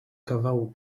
kawału